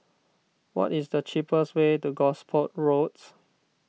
what is the cheapest way to Gosport Roads